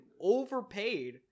overpaid